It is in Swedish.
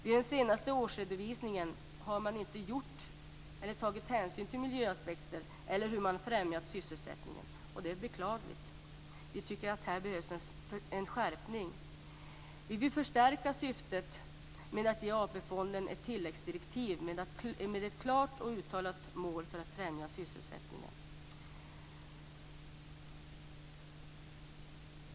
I den senaste årsredovisningen har man inte tagit hänsyn till miljöaspekter eller till hur sysselsättningen har främjats, och det är beklagligt. Vi tycker att det här behövs en skärpning. Vi vill förstärka det sistnämnda syftet genom ett tilläggsdirektiv till AP fonden med ett klart uttalat mål för främjande av sysselsättningen.